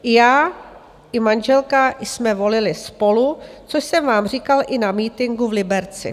Já i manželka jsme volili SPOLU, což jsem vám říkal i na mítinku v Liberci.